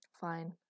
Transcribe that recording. Fine